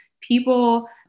People